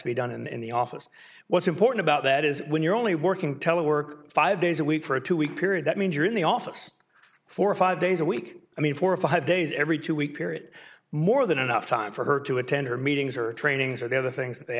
to be done in the office what's important about that is when you're only working telework five days a week for a two week period that means you're in the office for five days a week i mean four or five days every two week period more than enough time for her to attend her meetings or trainings or the other things that they